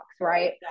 right